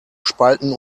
spalten